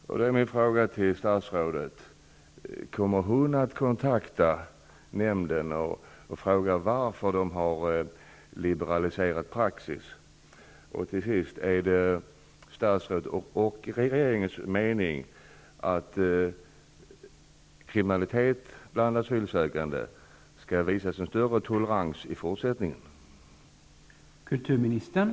Kommer statsrådet att kontakta nämnden och fråga varför den har liberaliserat praxis? Är det statsrådets och regeringens mening att man i fortsättningen skall visa större tolerans när det gäller kriminalitet bland asylsökande?